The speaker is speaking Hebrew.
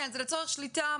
זה לצורך שליטה,